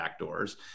backdoors